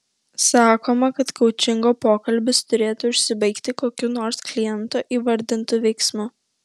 sakoma kad koučingo pokalbis turėtų užsibaigti kokiu nors kliento įvardintu veiksmu